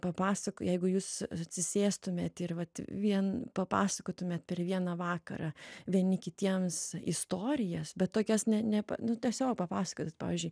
papasako jeigu jūs atsisėstumėt ir vat vien papasakotumėt per vieną vakarą vieni kitiems istorijas bet tokias ne ne nu tiesiog papasakot pavyzdžiui